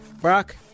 Brock